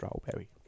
Strawberry